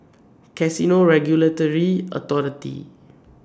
Casino Regulatory Authority